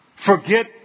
Forget